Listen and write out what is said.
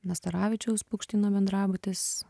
nastaravičiaus paukštyno bendrabutis